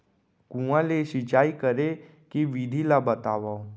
कुआं ले सिंचाई करे के विधि ला बतावव?